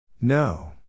No